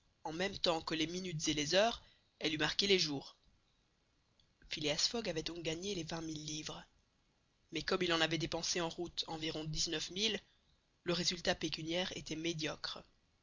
en même temps que les minutes et les heures elle eût marqué les jours phileas fogg avait donc gagné les vingt mille livres mais comme il en avait dépensé en route environ dix-neuf mille le résultat pécuniaire était médiocre